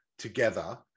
Together